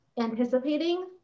anticipating